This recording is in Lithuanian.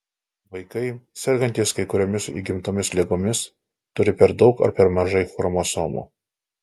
vaikai sergantys kai kuriomis įgimtomis ligomis turi per daug ar per mažai chromosomų